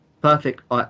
perfect